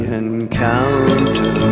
encounter